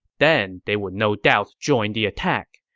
then they would no doubt join the attack.